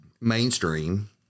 mainstream